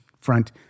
front